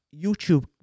youtube